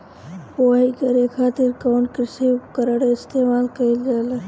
बुआई करे खातिर कउन कृषी उपकरण इस्तेमाल कईल जाला?